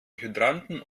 hydranten